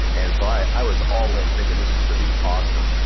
and so, i i was all in thinking this was going to be awesome.